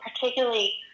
particularly